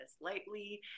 lightly